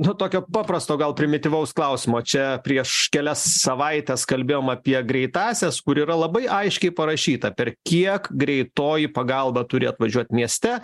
nuo tokio paprasto gal primityvaus klausimo čia prieš kelias savaites kalbėjom apie greitąsias kur yra labai aiškiai parašyta per kiek greitoji pagalba turi atvažiuoti mieste